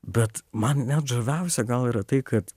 bet man net žaviausia gal yra tai kad